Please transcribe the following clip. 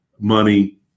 money